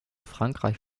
frankreich